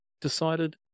decided